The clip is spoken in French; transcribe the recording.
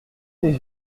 des